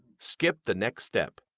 skip the next step.